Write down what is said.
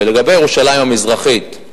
לגבי ירושלים המזרחית,